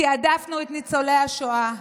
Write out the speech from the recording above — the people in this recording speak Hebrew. תיעדפנו את ניצולי השואה,